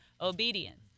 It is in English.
obedience